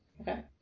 Okay